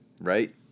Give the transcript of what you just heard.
right